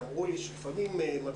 11:00.